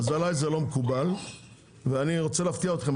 אז עליי זה לא מקובל ואני רוצה להפתיע אתכם,